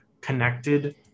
connected